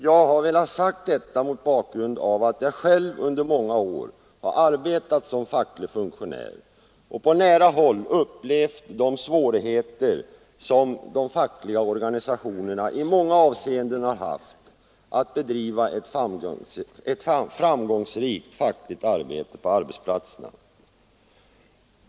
Jag har velat säga detta mot bakgrunden av att jag själv under många år har arbetat som facklig funktionär och på nära håll upplevt hur svårt det ofta är för organisationerna att bedriva ett framgångsrikt fackligt arbete på arbetsplatserna.